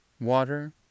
water